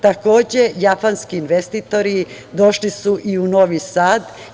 Takođe, japanski investitori došli su i u Novi Sad.